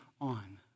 on